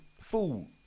food